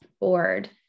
board